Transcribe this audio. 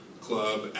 Club